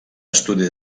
estudi